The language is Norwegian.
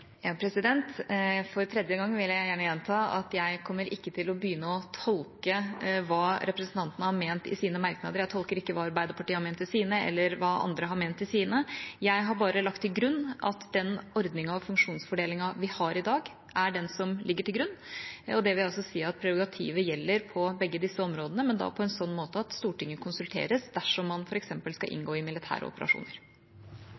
For tredje gang vil jeg gjerne gjenta at jeg ikke kommer til å begynne å tolke hva representantene har ment i sine merknader. Jeg tolker ikke hva Arbeiderpartiet har ment i sine, eller hva andre har ment i sine. Jeg har bare lagt til grunn at den ordningen og funksjonsfordelingen vi har i dag, er den som ligger til grunn. Jeg vil også si at prerogativet gjelder på begge disse områdene, men da på en sånn måte at Stortinget konsulteres dersom man f.eks. skal